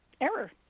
error